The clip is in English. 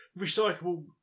recyclable